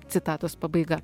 citatos pabaiga